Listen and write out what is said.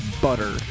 butter